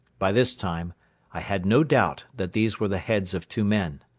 by this time i had no doubt that these were the heads of two men.